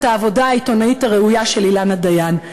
העבודה העיתונאית הראויה של אילנה דיין.